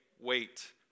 Wait